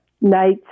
nights